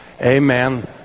Amen